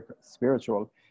spiritual